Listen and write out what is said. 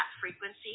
frequency